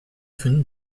venu